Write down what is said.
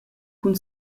cun